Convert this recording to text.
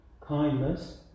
kindness